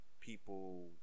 people